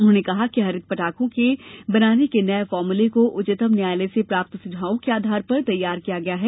उन्होंने कहा कि हरित पटाखों के बनाने के नए फार्मुले को उच्चतम न्यायालय से प्राप्त सुझावों के आधार पर तैयार किया गया है